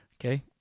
Okay